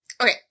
Okay